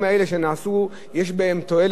היא לא משלימה לגמרי,